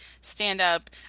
stand-up